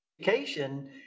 education